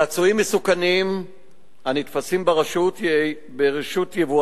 צעצועים מסוכנים הנתפסים ברשות יבואנים,